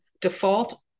default